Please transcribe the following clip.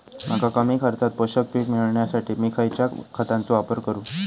मका कमी खर्चात पोषक पीक मिळण्यासाठी मी खैयच्या खतांचो वापर करू?